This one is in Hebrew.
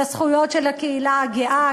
לזכויות של הקהילה הגאה,